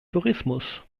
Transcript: tourismus